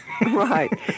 Right